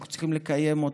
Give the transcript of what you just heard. אנחנו צריכים לקיים אותה.